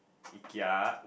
Ikea